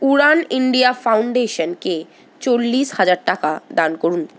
উড়ান India ফাউন্ডেশানকে চল্লিশ হাজার টাকা দান করুন